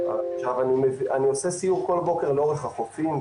אני עושה סיור כל בוקר לאורך החופים,